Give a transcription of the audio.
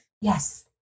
Yes